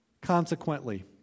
Consequently